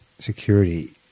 security